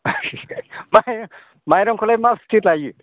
माने माइरंखौलाय मा बेसे लायो